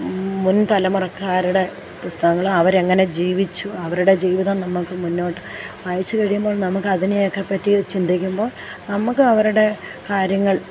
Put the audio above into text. മുന് തലമുറക്കാരുടെ പുസ്തകങ്ങളും അവരെങ്ങനെ ജീവിച്ചു അവരുടെ ജീവിതം നമുക്ക് മുന്നോട്ട് വായിച്ചു കഴിയുമ്പോള് നമുക്കതിനെയൊക്കെപറ്റി ചിന്തിക്കുമ്പോള് നമുക്ക് അവരുടെ കാര്യങ്ങള്